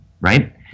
Right